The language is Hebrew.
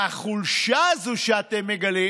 והחולשה הזאת שאתם מגלים